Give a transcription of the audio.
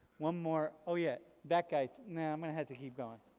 one more oh yeah, that guy. now i'm gonna have to keep going,